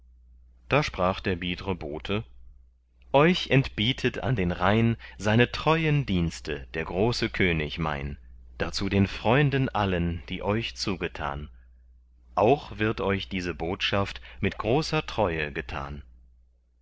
da sprach der biedre bote euch entbietet an den rhein seine treuen dienste der große könig mein dazu den freunden allen die euch zugetan auch wird euch diese botschaft mit großer treue getan